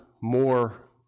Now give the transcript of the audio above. more